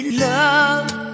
love